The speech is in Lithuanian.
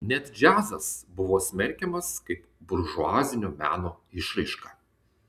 net džiazas buvo smerkiamas kaip buržuazinio meno išraiška